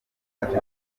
afite